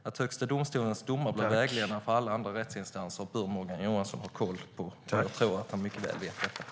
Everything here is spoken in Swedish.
Att Högsta domstolens domar blir vägledande för alla andra rättsinstanser bör Morgan Johansson ha koll på, och jag tror att han mycket väl vet detta.